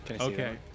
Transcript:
Okay